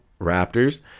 raptors